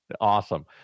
Awesome